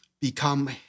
become